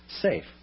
safe